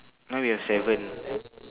now we have seven